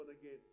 again